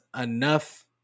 enough